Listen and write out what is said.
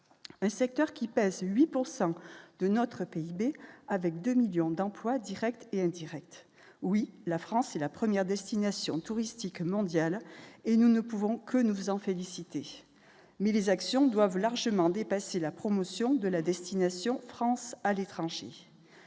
un secteur qui pèse 8 pour 100 de notre PIB avec 2 millions d'emplois Directs et indirects, oui la France est la première destination touristique mondiale et nous ne pouvons que nous en féliciter, mais les actions doivent largement dépasser la promotion de la destination France à l'étranger,